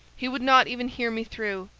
he would not even hear me through,